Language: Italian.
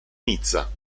nizza